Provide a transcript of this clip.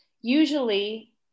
usually